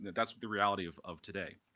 that's the reality of of today.